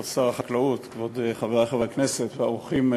כבוד שר החקלאות, כבוד חברי חברי הכנסת והאורחים,